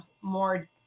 more